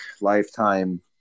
lifetime